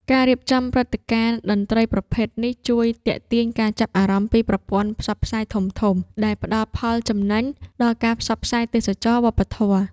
ការរៀបចំព្រឹត្តិការណ៍តន្ត្រីប្រភេទនេះ ជួយទាក់ទាញការចាប់អារម្មណ៍ពីប្រព័ន្ធផ្សព្វផ្សាយធំៗ ដែលផ្ដល់ផលចំណេញដល់ការផ្សព្វផ្សាយទេសចរណ៍វប្បធម៌។